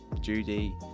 Judy